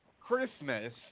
Christmas